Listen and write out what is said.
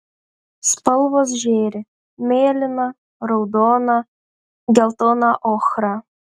spalvos žėri mėlyna raudona geltona ochra